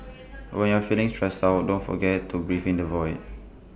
when you are feeling stressed out don't forget to breathe in the void